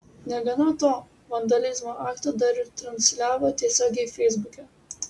negana to vandalizmo aktą dar ir transliavo tiesiogiai feisbuke